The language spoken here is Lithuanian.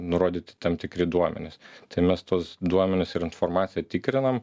nurodyti tam tikri duomenys tai mes tuos duomenis ir informaciją tikrinam